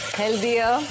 healthier